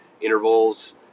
intervals